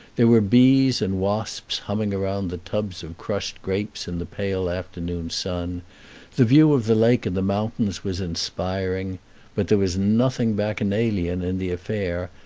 there were bees and wasps humming around the tubs of crushed grapes in the pale afternoon sun the view of the lake and the mountains was inspiring but there was nothing bacchanalian in the affair,